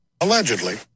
Allegedly